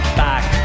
back